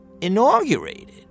inaugurated